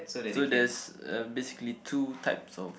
so there's uh basically two types of